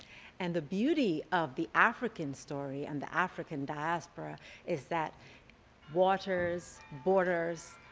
and the beauty of the african story and the african diaspora is that waters, borders,